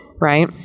right